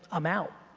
i'm out.